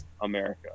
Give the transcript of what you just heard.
America